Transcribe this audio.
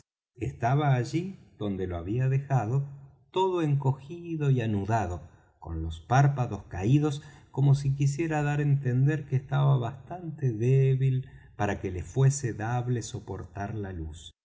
estaba allí donde lo había dejado todo encogido y anudado con los párpados caídos como si quisiera dar á entender que estaba bastante débil para que le fuese dable soportar la luz